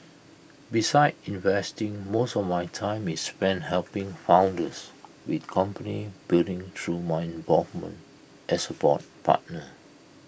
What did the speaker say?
besides investing most of my time is spent helping founders with company building through my involvement as A board partner